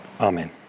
amen